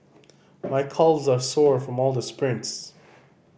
my calves are sore from all the sprints